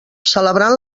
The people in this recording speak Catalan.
celebrant